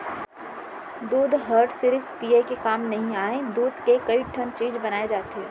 दूद हर सिरिफ पिये के काम नइ आय, दूद के कइ ठन चीज बनाए जाथे